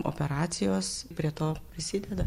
operacijos prie to prisideda